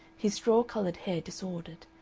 his straw-colored hair disordered.